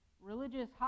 religious